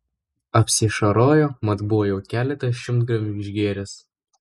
apsiašarojo mat buvo jau keletą šimtgramių išgėręs